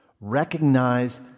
Recognize